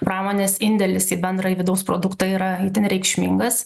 pramonės indėlis į bendrąjį vidaus produktą yra itin reikšmingas